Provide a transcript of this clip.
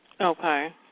Okay